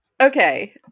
Okay